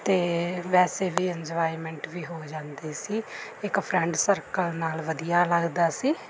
ਅਤੇ ਵੈਸੇ ਵੀ ਇੰਨਜੋਆਏਮੈਂਟ ਵੀ ਹੋ ਜਾਂਦੀ ਸੀ ਇੱਕ ਫਰੈਂਡ ਸਰਕਲ ਨਾਲ ਵਧੀਆ ਲੱਗਦਾ ਸੀ